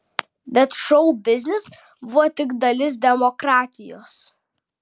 bet šou biznis buvo tik dalis demokratijos